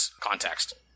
context